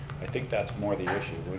i think that's more the issue.